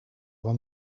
bon